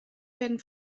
werden